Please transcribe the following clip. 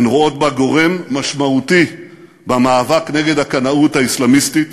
הן רואות בה גורם משמעותי במאבק נגד הקנאות האסלאמיסטית,